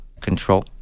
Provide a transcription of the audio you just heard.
control